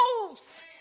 moves